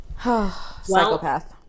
psychopath